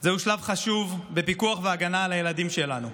זהו שלב חשוב בפיקוח והגנה על הילדים שלנו.